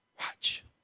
Watch